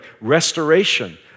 restoration